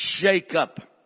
Jacob